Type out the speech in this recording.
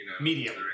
Medium